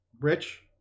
Rich